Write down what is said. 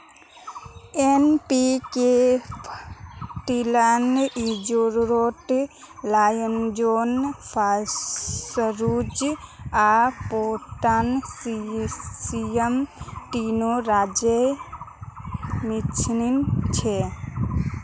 NPK फ़र्टिलाइज़रोत nitrogen, phosphorus आर potassium तीनो रहार मिश्रण होचे